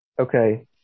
Okay